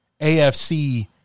AFC